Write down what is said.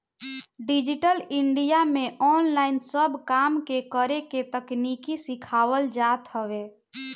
digital India में online सब काम के करेके तकनीकी सिखावल जात हवे